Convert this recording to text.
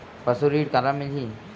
पशु ऋण काला मिलही?